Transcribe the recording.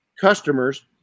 customers